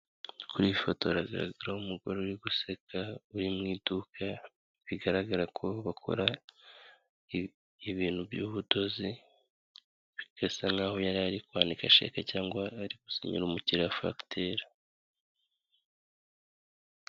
Kuri iyi foto hagaragaraho umugore uri guseka, uri mu iduka. Bigaragara ko bakora ibintu by'ubudozi bigasa nkaho yari ari kwandika sheke cyangwa ari gusinyira umukiriya fakitire.